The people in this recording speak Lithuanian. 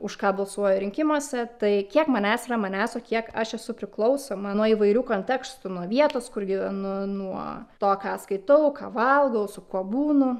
už ką balsuoja rinkimuose tai kiek manęs o kiek aš esu priklausoma nuo įvairių kontekstų nuo vietos kur gyvenu nuo to ką skaitau ką valgau su kuo būnu